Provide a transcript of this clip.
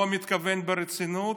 לא מתכוון ברצינות.